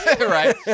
Right